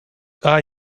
are